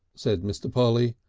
said mr. polly.